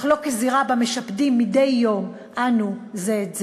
אך לא כזירה שבה משפדים מדי יום אנו זה את זה?